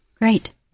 Great